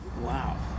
wow